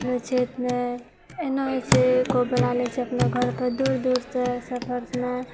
हमरो क्षेत्र मे एहनो होइ छै कोइ बुला लै छै अपनो घर पर दूर दूर सँ सफरमे